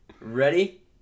Ready